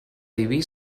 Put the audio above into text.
diví